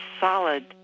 solid